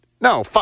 No